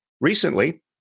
Recently